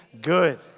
good